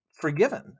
forgiven